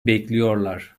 bekliyorlar